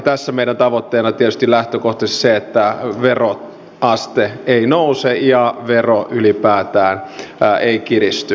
tässä meidän tavoitteena tietysti lähtökohtaisesti on se että veroaste ei nouse ja vero ylipäätään ei kiristy